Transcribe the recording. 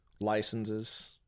licenses